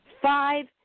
five